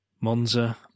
monza